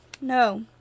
No